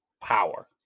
power